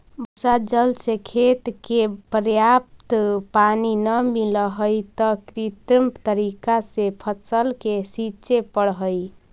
वर्षा जल से खेत के पर्याप्त पानी न मिलऽ हइ, त कृत्रिम तरीका से फसल के सींचे पड़ऽ हइ